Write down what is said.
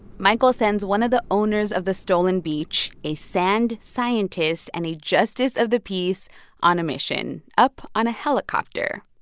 michael sends one of the owners of the stolen beach a sand scientist and a justice of the peace on a mission up on a helicopter.